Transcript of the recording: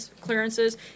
clearances